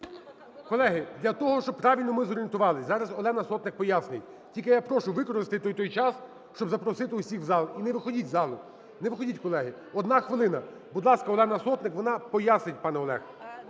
Колеги, для того, щоб правильно ми зорієнтувались, зараз Олена Сотник пояснить. Тільки я прошу використати той час, щоб запросити всіх у зал. І не виходіть із залу. Не виходіть, колеги. 1 хвилина. Будь ласка, Олена Сотник. Вона пояснить, пане Олег.